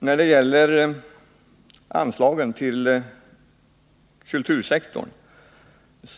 Herr talman!